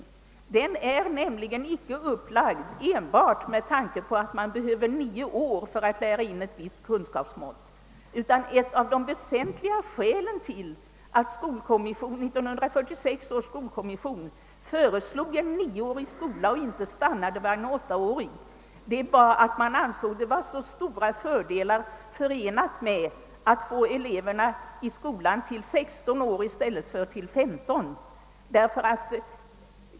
Grundskolan är nämligen icke upplagd enbart med tanke på att det behövs nio år för att lära in ett visst kunskapsmått, utan ett av de väsentliga skälen till att 1946 års skolkommission föreslog en nioårig skola och inte stannade för en åttaårig var att man ansåg det vara så stora fördelar förenade med att få behålla eleverna i skolan fram till sexton i stället för femton års ålder.